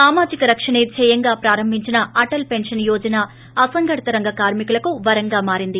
సామాజిక రక్షణే ధ్యేయంగా ప్రారంభించిన అటల్ పెన్షన్ యోజన అసంఘటిత రంగ కార్మికులకు వరంగా మారింది